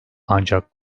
ancak